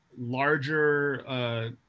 larger